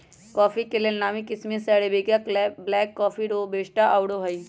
coffee के लेल नामी किशिम में अरेबिका, ब्लैक कॉफ़ी, रोबस्टा आउरो हइ